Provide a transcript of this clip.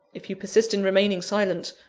if you persist in remaining silent,